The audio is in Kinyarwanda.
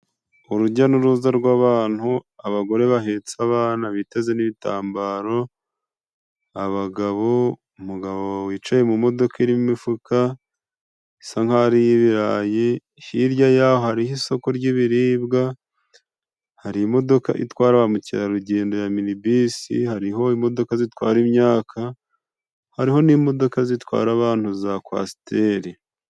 Urujya n'uruza rw'abantu, abagore bahetse abana biteze n'ibitambaro, abagabo, umugabo wicaye mu modoka irimo imifuka isa nk'aho ari iy'ibirayi, hirya y'aho hariho isoko ry'ibiribwa. Hari imodoka itwara ba mukerarugendo ya minibisi, hariho imodoka zitwara imyaka, hariho n'imodoka zitwara abantu za kwasitere.